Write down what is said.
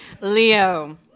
Leo